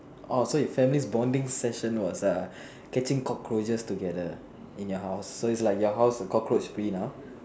orh so your family's bonding session was err catching cockroaches together in your house so is like your house the cockroach free now